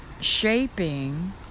shaping